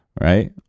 right